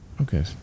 Okay